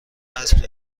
اسب